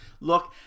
look